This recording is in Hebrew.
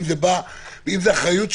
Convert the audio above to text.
אם זה אחריות שלכם,